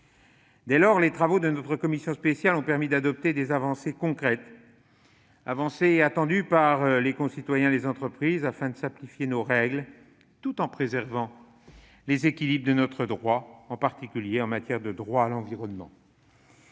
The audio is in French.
encore. Les travaux de notre commission spéciale ont permis d'adopter des avancées concrètes, attendues par nos concitoyens et par les entreprises, afin de simplifier nos règles, tout en préservant les équilibres de notre droit, en particulier en matière de droit de l'environnement.